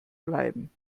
bleiben